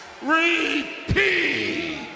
Repeat